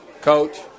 Coach